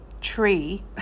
tree